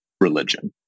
religion